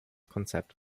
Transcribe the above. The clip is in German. konzept